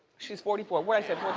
she's forty four, what'd